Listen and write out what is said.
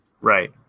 Right